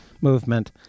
movement